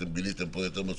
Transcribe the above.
אתם ביליתם פה יותר מאשר